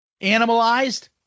Animalized